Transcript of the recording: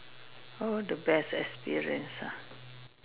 oh the best experience ah